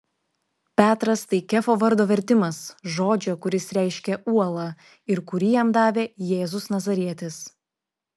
petras tai kefo vardo vertimas žodžio kuris reiškia uolą ir kurį jam davė jėzus nazarietis